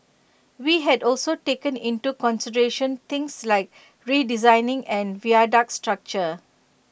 we had also taken into consideration things like redesigning and viaduct structure